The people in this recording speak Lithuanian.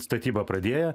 statybą pradėję